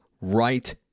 right